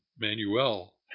Manuel